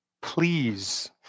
Please